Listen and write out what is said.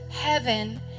heaven